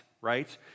right